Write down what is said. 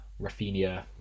Rafinha